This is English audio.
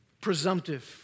Presumptive